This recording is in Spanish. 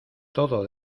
todo